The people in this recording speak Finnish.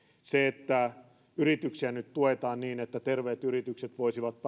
se että yrityksiä nyt tuetaan niin että terveet yritykset voisivat